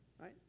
right